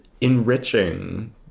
enriching